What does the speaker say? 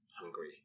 hungry